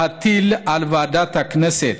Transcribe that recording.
להטיל על ועדת הכנסת